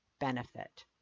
benefit